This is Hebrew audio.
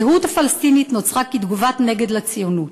הזהות הפלסטינית נוצרה כתגובת-נגד לציונות.